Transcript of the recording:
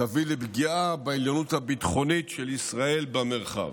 תביא לפגיעה בעליונות הביטחונית של ישראל במרחב.